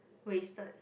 wasted